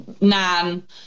nan